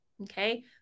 okay